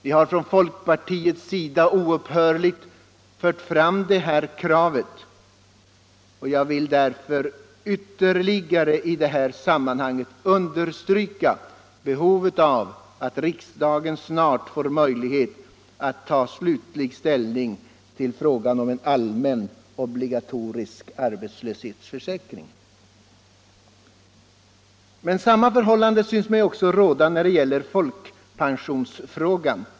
Vi har från folkpartiets sida oupphörligen fört fram detta krav, och jag vill därför i detta sammanhang ytterligare understryka behovet av att riksdagen snart får möjlighet att ta slutlig ställning till frågan om en allmän obligatorisk arbetslöshetsförsäkring. Samma förhållande synes mig också råda när det gäller folkpensionsfrågan.